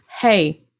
hey